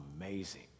amazing